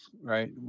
right